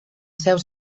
seus